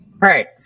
Right